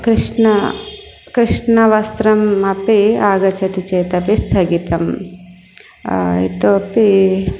कृष्णः कृष्णवस्त्रम् अपि आगच्छति चेतपि स्थगितम् इतोपि